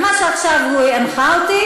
ומה שעכשיו הוא הנחה אותי,